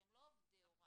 שהם לא עובדי הוראה,